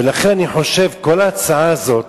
ולכן אני חושב שכל ההצעה הזאת